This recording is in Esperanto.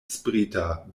sprita